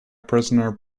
prisoner